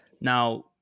now